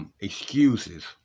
Excuses